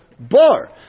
Bar